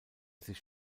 sich